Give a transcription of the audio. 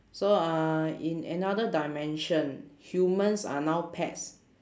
so uh in another dimension humans are now pets